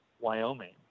Wyoming